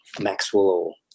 Maxwell